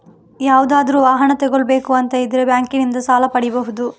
ಯಾವುದಾದ್ರೂ ವಾಹನ ತಗೊಳ್ಬೇಕು ಅಂತ ಇದ್ರೆ ಬ್ಯಾಂಕಿನಿಂದ ಸಾಲ ಪಡೀಬಹುದು